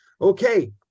Okay